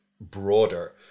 broader